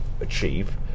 achieve